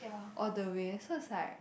all the way so it's like